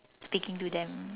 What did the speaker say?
speaking to them